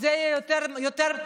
זה יהיה יותר טוב.